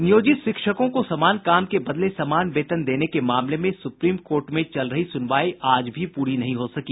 नियोजित शिक्षकों को समान काम के बदले समान वेतन देने के मामले में सुप्रीम कोर्ट में चल रही सुनवाई आज भी पूरी नहीं हो सकी